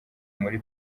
muri